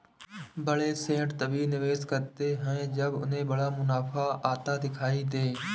बड़े सेठ तभी निवेश करते हैं जब उन्हें बड़ा मुनाफा आता दिखाई दे